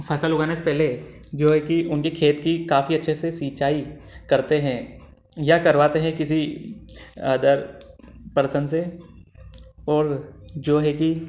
फसल उगाने से पहले जो है कि उनके खेत की काफी अच्छे से सिंचाई करते हैं या करवाते हैं किसी अदर परसन से और जो है कि